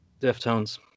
Deftones